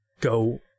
go